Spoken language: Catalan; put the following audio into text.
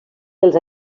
els